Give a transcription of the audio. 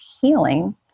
healing